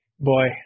Boy